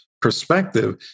perspective